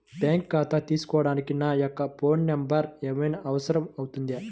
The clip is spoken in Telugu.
బ్యాంకు ఖాతా తీసుకోవడానికి నా యొక్క ఫోన్ నెంబర్ ఏమైనా అవసరం అవుతుందా?